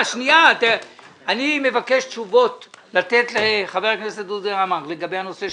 אני מבקש שתיתנו תשובות לחבר הכנסת דודי אמסלם לגבי הנושא של קווי החיץ.